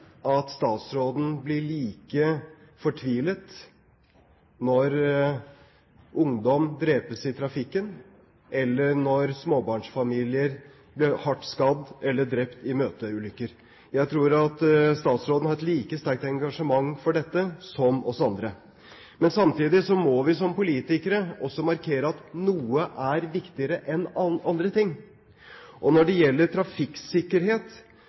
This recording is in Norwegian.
at statsråden blir fortvilet når ungdom drepes i trafikken eller når småbarnsfamilier blir hardt skadd eller drept i møteulykker. Jeg tror at statsråden har et like sterkt engasjement for dette som oss andre. Men samtidig må vi som politikere også markere at noen ting er viktigere enn andre. Og når det